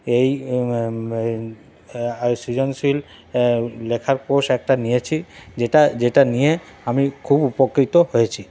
এই এই সৃজনশীল লেখার কোর্স একটা নিয়েছি যেটা যেটা নিয়ে আমি খুব উপকৃত হয়েছি